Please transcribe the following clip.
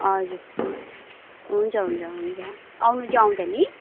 हजुर हुन्छ हुन्छ हुन्छ आउनु चाहिँ आउँछ नि